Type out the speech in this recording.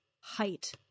height